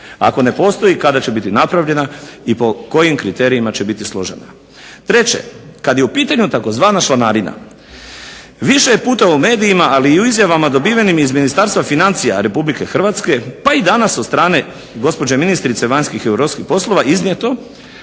Ako ne postoji kada će biti napravljena i po kojim kriterijima će biti složena? Treće, kad je u pitanju tzv. članarina više je puta u medijima, ali i u izjavama dobivenim iz Ministarstva financija RH pa i danas od strane gospođe ministrice vanjskih i europskih poslova iznijeto